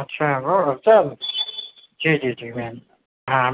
اچھا وہ اچھا جی جی جی میم